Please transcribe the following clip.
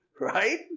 Right